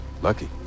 Lucky